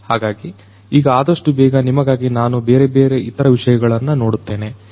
ಹಾಗಾಗಿ ಈಗ ಆದಷ್ಟು ಬೇಗ ನಿಮಗಾಗಿ ನಾನು ಬೇರೆ ಬೇರೆ ಇತರ ವಿಷಯಗಳನ್ನು ನೋಡುತ್ತೇನೆ